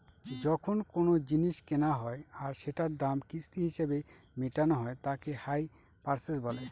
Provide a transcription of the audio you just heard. যখন কোনো জিনিস কেনা হয় আর সেটার দাম কিস্তি হিসেবে মেটানো হয় তাকে হাই পারচেস বলে